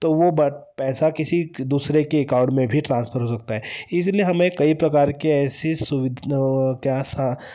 तो वह ब पैसा किसी दूसरे के अकाउंट में भी ट्रांसफर हो सकता है इसलिए हमें कई प्रकार के ऐसी सुवि क्या सा